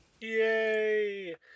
Yay